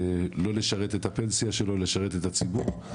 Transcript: לא לשרת את הפנסיה שלו אלא את הציבור.